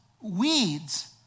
weeds